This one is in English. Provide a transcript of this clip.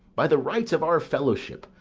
by the rights of our fellowship,